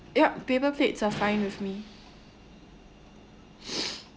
yup paper plates are fine with me